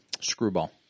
screwball